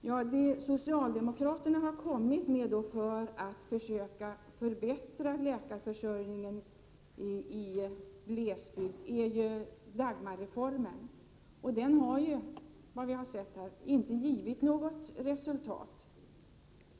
Den åtgärd som socialdemokraterna har vidtagit för att försöka förbättra läkarförsörjningen i glesbygd är Dagmarreformen, men denna har enligt vad vi har kunnat konstatera inte givit något resultat.